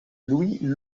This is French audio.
louis